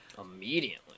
Immediately